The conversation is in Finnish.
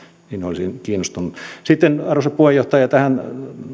niin olisin kiinnostunut sitten arvoisa puheenjohtaja tähän